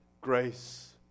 grace